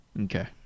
Okay